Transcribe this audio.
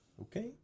Okay